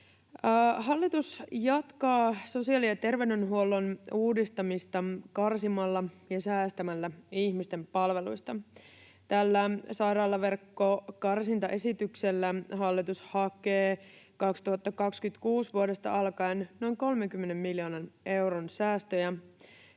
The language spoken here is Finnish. Hallitus jatkaa sosiaali- ja terveydenhuollon uudistamista karsimalla ja säästämällä ihmisten palveluista. Tällä sairaalaverkkokarsintaesityksellä hallitus hakee vuodesta 2026 alkaen noin 30 miljoonan euron säästöjä.